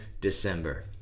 december